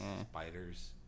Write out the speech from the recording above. spiders